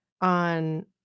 on